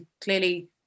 clearly